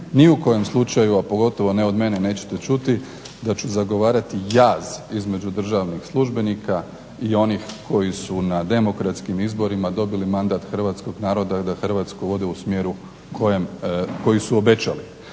ni u kom slučaju a pogotovo ne od mene nećete čuti da ću zagovarati jaz između državnih službenika i onih koji su na demokratskim izborima dobili mandat Hrvatskog naroda da hrvatsku vode u smjeru koji su obećali.